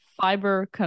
fiber